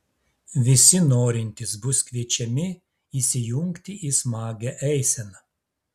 visi norintys bus kviečiami įsijungti į smagią eiseną